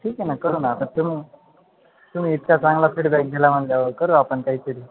ठीक आहे ना करू ना आपण तुम तुम्ही इतका चांगला फीडबॅक दिला म्हटल्यावर करू आपण काहीतरी